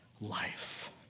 life